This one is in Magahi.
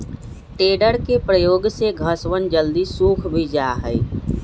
टेडर के प्रयोग से घसवन जल्दी सूख भी जाहई